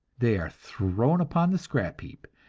they are thrown upon the scrap heap,